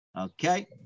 Okay